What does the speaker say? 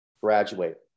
graduate